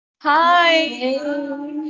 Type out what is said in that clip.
Hi